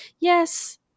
Yes